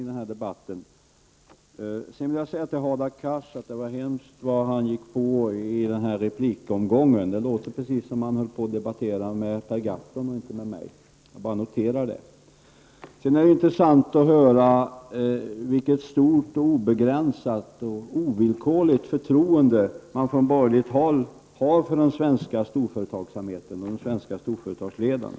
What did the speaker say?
Herr talman! Jag vill först säga att särskilda omständigheter gör att jag inte kan gå upp i fler repliker i denna debatt. Det var hemskt hur Hadar Cars gick på i sin replik. Det lät precis som om han debatterade med Per Gahrton och inte med mig. Det var intressant att höra vilket stort, obegränsat och ovillkorligt förtroende de borgerliga har för den svenska storföretagsamheten och de svenska storföretagsledarna.